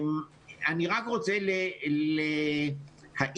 אני רק רוצה להעיר,